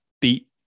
beat